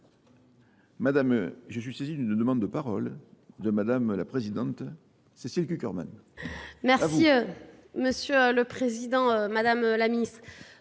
Madame, je suis saisie d'une demande de parole de Madame la Présidente Cécile Cuckerman. Merci Monsieur le Président, Madame la Ministre.